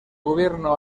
gobierno